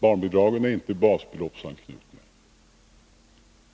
Barnbidragen är inte basbeloppsanknutna.